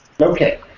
Okay